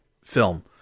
film